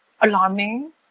alarming